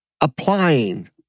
Applying